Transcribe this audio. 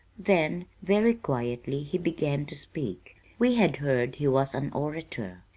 then, very quietly, he began to speak. we had heard he was an orator.